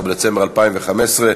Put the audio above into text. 16 בדצמבר 2015,